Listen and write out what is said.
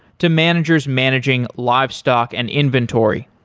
to managers managing livestock and inventory.